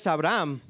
Abraham